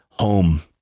home